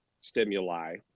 stimuli